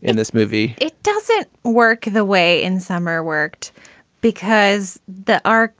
in this movie it doesn't work the way in summer worked because the arc.